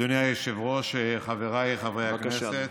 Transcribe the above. אדוני היושב-ראש, חבריי חברי הכנסת,